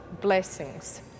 blessings